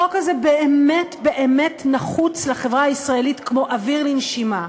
החוק הזה באמת באמת נחוץ לחברה הישראלית כמו אוויר לנשימה.